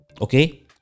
okay